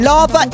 Love